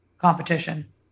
competition